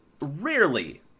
rarely